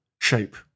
shape